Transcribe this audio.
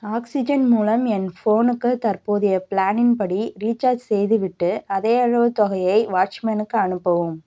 oxygen மூலம் என் ஃபோனுக்கு தற்போதைய ப்ளானின் படி ரீசார்ஜ் செய்துவிட்டு அதே அளவு தொகையை வாட்ச்மேனுக்கு அனுப்பவும்